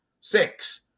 six